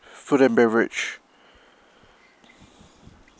food and beverage